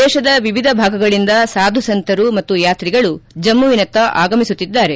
ದೇಶದ ವಿವಿಧ ಭಾಗಗಳಿಂದ ಸಾಧು ಸಂತರು ಮತ್ತು ಯಾತ್ರಿಗಳು ಜಮ್ಮುವಿನತ್ತ ಆಗಮಿಸುತ್ತಿದ್ದಾರೆ